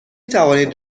توانید